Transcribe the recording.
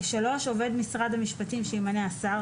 עובד משרד המשפטים שימנה השר,